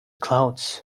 clouds